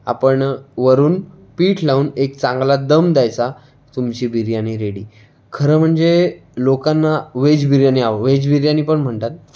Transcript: आपण वरून पीठ लावून एक चांगला दम द्यायचा तुमची बिर्याणी रेडी खरं म्हणजे लोकांना वेज बिर्याणी आव वेज बिर्याणी पण म्हणतात